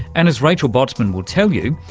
and as rachel botsman will tell you,